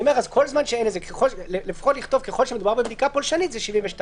ככל שמדובר בבדיקה פולשנית זה לא פחות מ-72 שעות.